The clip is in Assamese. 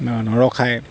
নৰখায়